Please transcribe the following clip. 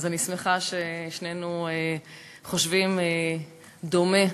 אז אני שמחה ששנינו חושבים דומה.